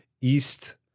east